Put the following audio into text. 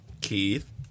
Keith